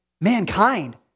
mankind